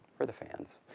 for the fans.